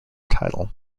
title